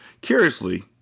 Curiously